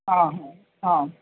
हां हां हां